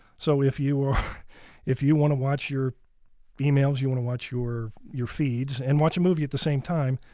so if you ah if you want to watch your emails, you want to watch your your feeds and watch a movie at the same time,